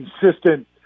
consistent